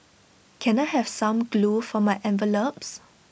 can I have some glue for my envelopes